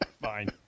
Fine